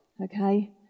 okay